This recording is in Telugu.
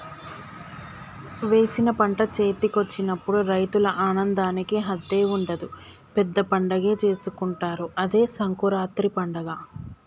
వేసిన పంట చేతికొచ్చినప్పుడు రైతుల ఆనందానికి హద్దే ఉండదు పెద్ద పండగే చేసుకుంటారు అదే సంకురాత్రి పండగ